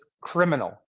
criminal